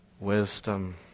wisdom